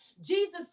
Jesus